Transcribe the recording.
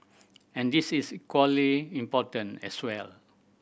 and this is equally important as well